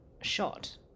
shot